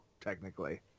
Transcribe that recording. technically